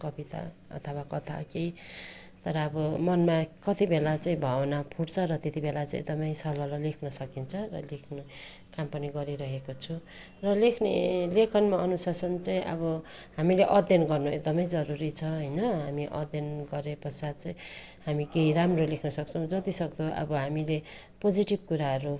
कविता अथवा कथा केही तर अब मनमा कति बेला चाहिँ भावना फुट्छ र त्यति बेला चाहिँ एकदमै सललल लेख्न सकिन्छ र लेख्नु काम पनि गरिरहेको छु र लेख्ने लेखनमा अनुशासन चाहिँ अब हामीले अध्ययन गर्नु एकदमै जरुरी छ होइन हामी अध्ययन गरे पश्चात चाहिँ हामी केही राम्रो लेख्नु सक्छौँ जतिसक्दो अब हामीले पोजेटिभ कुराहरू